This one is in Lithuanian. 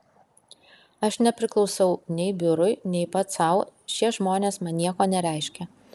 aš nepriklausau nei biurui nei pats sau šie žmonės man nieko nereiškia